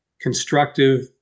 constructive